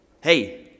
Hey